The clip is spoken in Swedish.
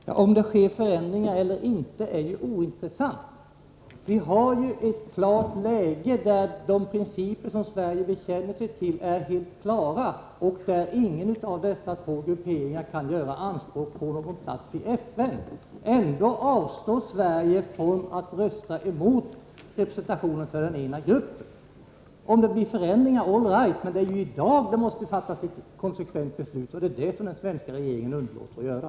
Fru talman! Om det sker förändringar eller inte är ju ointressant. Vi har ju ett klart läge. De principer som Sverige bekänner sig till är ju helt klara. Ingen av de två grupperingarna kan göra anspråk på någon plats i FN. Ändå avstår Sverige från att rösta emot representation när det gäller den ena gruppen. Om det blir förändringar, all right, men det är ju i dag som det måste fattas ett konsekvent beslut, och det är det som den svenska regeringen underlåter att göra.